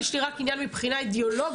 יש לי רק עניין מבחינה אידיאולוגית,